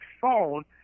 phone